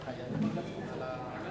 את הצעת חוק הסדרת